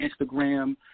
Instagram